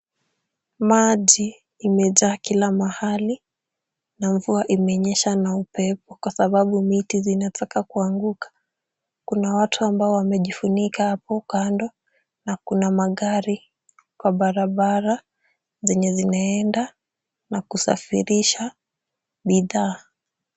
Maji imejaa kila mahali na mvua imenyesha na upepo kwasababu miti zinataka kuanguka. Kuna watu ambao wamejifunika hapo kando na kuna magari kwa barabara zenye zimeenda na kusafirisha bidhaa.